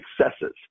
successes